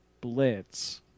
Blitz